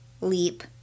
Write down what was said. leap